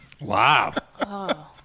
Wow